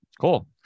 Cool